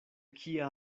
kia